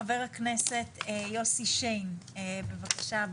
חבר הכנסת יוסי שיין, בבקשה.